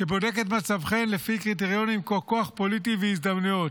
שבודק את מצבכן לפי קריטריונים כמו כוח פוליטי והזדמנויות.